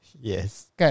yes